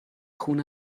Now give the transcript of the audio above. خون